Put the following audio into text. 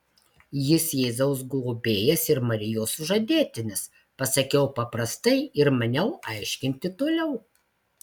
jis jėzaus globėjas ir marijos sužadėtinis pasakiau paprastai ir maniau aiškinti toliau